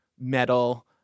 metal